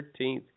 13th